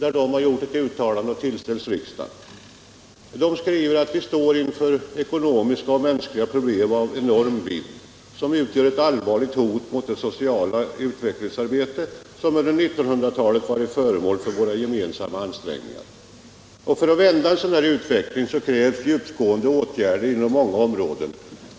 I sitt uttalande till riksdagen skriver förbundet bl.a. följande: ”Vi står inför ekonomiska och mänskliga problem av enorm vidd, vilka utgör ett allvarligt hot mot det sociala utvecklingsarbete som under 1900-talet varit föremål för våra gemensamma ansträngningar. För att vända denna utveckling krävs djupgående åtgärder inom många områden.